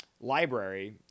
library